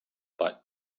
but